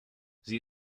sie